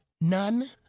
none